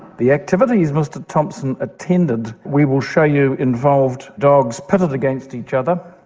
the activities mr thompson attended we will show you involved dogs pitted against each other.